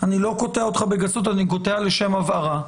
קוטע אותך בגסות אלא לשם הבהרה.